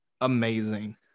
amazing